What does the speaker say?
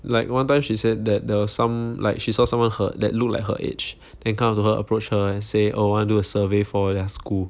like one time she said that there was some like she saw someone her that looked like her age then come up to her approach her and say oh want to do a survey for their school